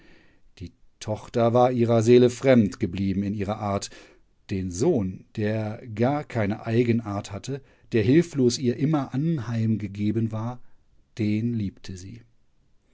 die tochter war ihrer seele fremd geblieben in ihrer art den sohn der gar keine eigenart hatte der hilflos ihr immer anheimgegeben war den liebte sie